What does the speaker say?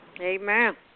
Amen